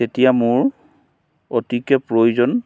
তেতিয়া মোৰ অতিকৈ প্ৰয়োজন